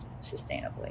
sustainably